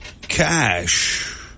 cash